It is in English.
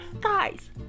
Guys